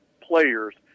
players